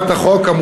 אני מתכבד